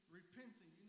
repenting